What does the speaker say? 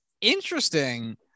interesting